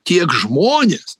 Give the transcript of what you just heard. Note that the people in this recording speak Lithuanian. tiek žmonės